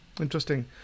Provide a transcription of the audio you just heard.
Interesting